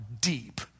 deep